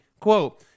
quote